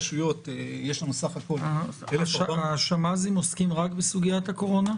יש לנו בסך הכול --- השמ"זים עוסקים רק בסוגיית הקורונה?